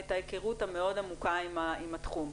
את ההיכרות המאוד עמוקה עם התחום.